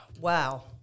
Wow